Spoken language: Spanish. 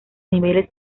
niveles